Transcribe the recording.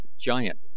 giant